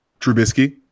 Trubisky